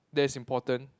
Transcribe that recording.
that's important